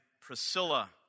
Priscilla